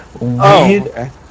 weird